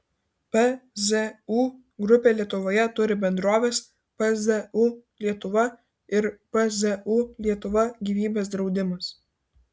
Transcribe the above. pzu grupė lietuvoje turi bendroves pzu lietuva ir pzu lietuva gyvybės draudimas